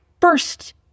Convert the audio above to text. first